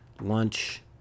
lunch